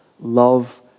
Love